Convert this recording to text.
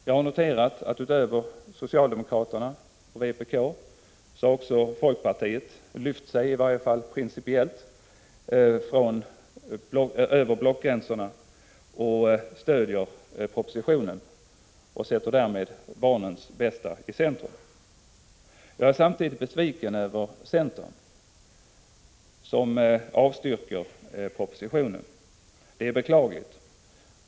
Jag har noterat att utöver det socialdemokratiska partiet och vänsterpartiet kommunisterna har folkpartiet i varje fall principiellt lyft sig över blockgränserna och stödjer propositionen. Därmed sätter man barnens bästa i centrum. Samtidigt är jag besviken på centerpartiet som avstyrker propositionen. Det är beklagligt.